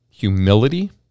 humility